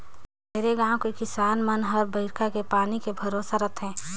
ढेरे गाँव के किसान मन हर बईरखा के पानी के भरोसा रथे